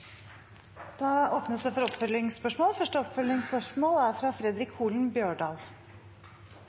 åpnes for oppfølgingsspørsmål – først Fredrik Holen Bjørdal.